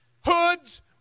hoods